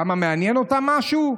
למה, מעניין אותם משהו?